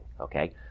Okay